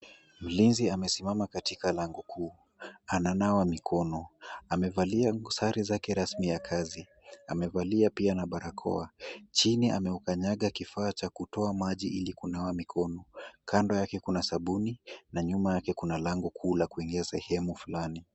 Mlinzi amesimama katika lango kuu, ana nawa mikono, amevalia sare zake rasmi za kazi, amevalia pia na barakoa. Chini amekanyaga kifaa cha kutoa maji ili kunawa mikono. Kando yake kuna sabuni na nyuma yake kuna lango kuu la kuingia sehemu fulani.